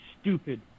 stupid